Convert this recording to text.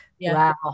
wow